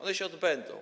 One się odbędą.